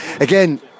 Again